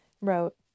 wrote